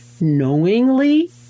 knowingly